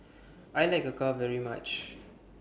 I like Acar very much